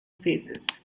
phases